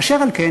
אשר על כן,